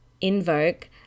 invoke